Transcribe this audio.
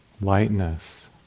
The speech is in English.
Lightness